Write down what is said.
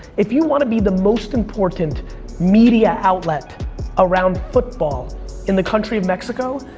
if you wanna be the most important media outlet around football in the country of mexico,